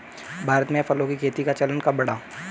भारत में फलों की खेती का चलन कब बढ़ा?